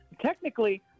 technically